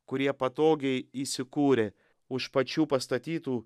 kurie patogiai įsikūrė už pačių pastatytų